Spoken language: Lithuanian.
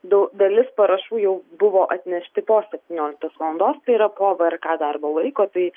du dalis parašų jau buvo atnešti po septynioliktos valandos tai yra po vrk darbo laiko tai